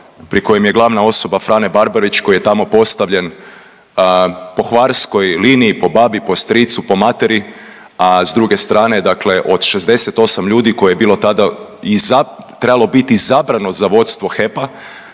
pri kojem je glavna osoba Frane Barbarić koji je tamo postavljen po hvarskoj liniji po babi, po stricu, po materi, a s druge strane dakle od 68 ljudi koje je bilo tada iza trebalo biti izabrano za vodstvo HEP-a